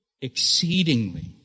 exceedingly